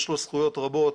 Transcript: יש לו זכויות רבות.